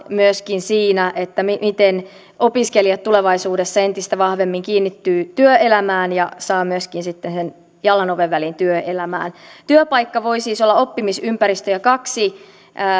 myöskin siinä miten opiskelijat tulevaisuudessa entistä vahvemmin kiinnittyvät työelämään ja saavat myöskin jalan työelämän oven väliin työpaikka voi siis olla oppimisympäristö kaksi